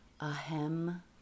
Ahem